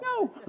No